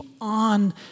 on